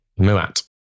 Muat